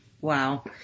Wow